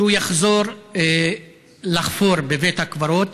שהוא יחזור לחפור בבית הקברות,